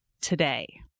today